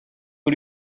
who